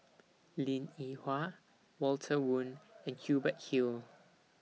Linn in Hua Walter Woon and Hubert Hill